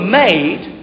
made